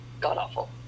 God-awful